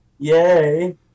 Yay